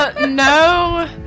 No